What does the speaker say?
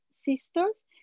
Sisters